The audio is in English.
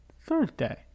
Thursday